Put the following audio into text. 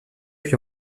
puis